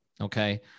Okay